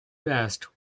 best